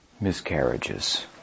miscarriages